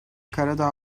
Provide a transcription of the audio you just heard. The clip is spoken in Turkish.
karadağ